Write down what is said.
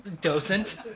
docent